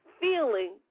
feeling